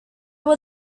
were